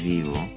Vivo